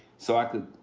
so i can,